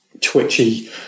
twitchy